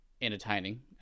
entertaining